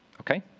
okay